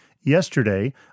yesterday